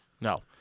No